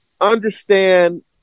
understand